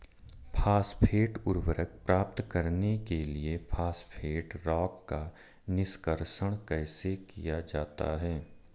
Phosphate उर्वरक प्राप्त करने के लिए फॉस्फेट रॉक का निष्कर्षण कैसे किया जाता है?